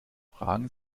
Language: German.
fragen